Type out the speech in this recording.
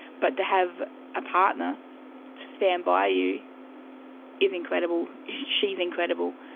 but to have a partner to stand by you is incredible. she is incredible.